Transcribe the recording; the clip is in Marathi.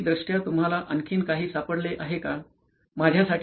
तांत्रिक दृष्ट्या तुम्हाला आणखीन काही सापडलं आहे का